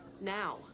Now